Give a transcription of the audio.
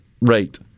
rate